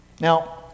Now